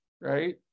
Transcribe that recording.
right